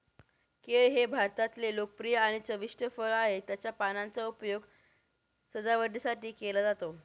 केळ हे भारतातले लोकप्रिय आणि चविष्ट फळ आहे, त्याच्या पानांचा उपयोग सजावटीसाठी केला जातो